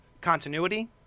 continuity